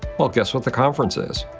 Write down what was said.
well, guess what the conference is.